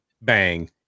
Bang